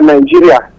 Nigeria